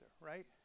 right